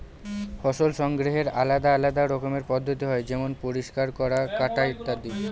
ফসল সংগ্রহের আলাদা আলদা রকমের পদ্ধতি হয় যেমন পরিষ্কার করা, কাটা ইত্যাদি